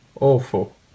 Awful